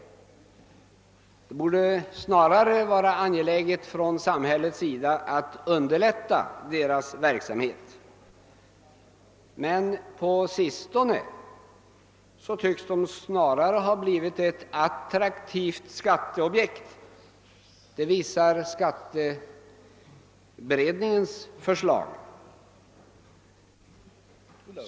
Det borde snarare vara angeläget för samhället att underlätta deras verksamhet, men på sistone tycks de snarare ha blivit ett attraktivt skatteobjekt — det visar kapitalskatteberedningens förslag.